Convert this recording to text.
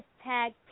tag